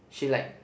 she like